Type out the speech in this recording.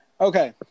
Okay